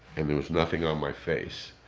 and there was nothing on my face.